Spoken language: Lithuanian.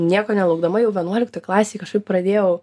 nieko nelaukdama jau vienuoliktoj klasėj kažkaip pradėjau